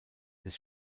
des